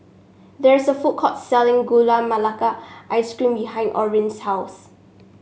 there is a food court selling Gula Melaka Ice Cream behind Orin's house